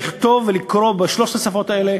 לכתוב ולקרוא בשלוש השפות האלה,